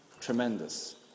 tremendous